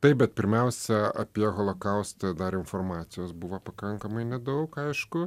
taip bet pirmiausia apie holokaustą dar informacijos buvo pakankamai nedaug aišku